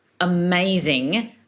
amazing